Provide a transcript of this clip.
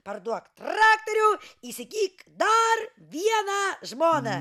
parduok traktorių įsigyk dar vieną žmoną